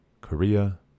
Korea